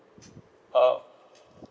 uh